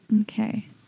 Okay